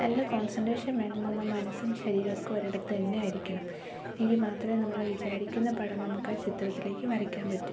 നല്ല കോൺസൻറ്റ്റേഷൻ വേണം നമ്മുടെ മനസ്സും ശരീരമൊക്കെ ഒരിടത്ത് തന്നെ ആയിരിക്കണം എങ്കിൽ മാത്രമേ നമ്മൾ വിചാരിക്കുന്ന പടം നമുക്കാ ചിത്രത്തിലേക്ക് വരയ്ക്കാൻ പറ്റൂ